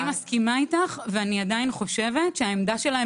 אני מסכימה איתך ואני עדיין חושבת שהעמדה שלהם